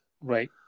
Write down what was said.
Right